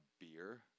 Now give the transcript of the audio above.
beer